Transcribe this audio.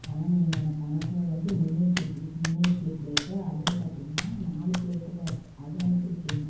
ஆனால் நீங்கள் எனக்கு அனுப்பினது வந்து mini idli plate mini idli plate அதுவும் பார்த்திங்கன்னா நாலு பிளேட்டு தான் இருக்குது அதை அனுப்பியிருக்கிங்க